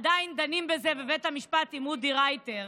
עדיין דנים בזה בבית המשפט עם אודי רייטר,